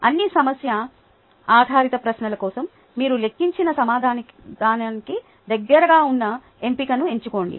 అన్ని సమస్య ఆధారిత ప్రశ్నల కోసం మీరు లెక్కించిన సమాధానానికి దగ్గరగా ఉన్న ఎంపికను ఎంచుకోండి